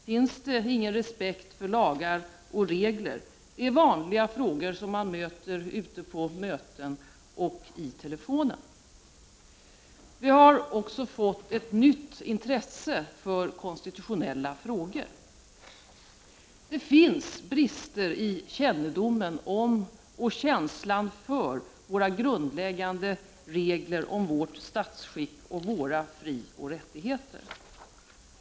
Finns det ingen respekt för lagar och regler? Detta är vanliga frågor som man får på möten och i telefon. Vi har också fått ett nytt intresse för konstitutionella frågor. Det finns brister i kännedomen om och känslan för våra grundläggande regler om vårt statsskick och våra frioch rättigheter.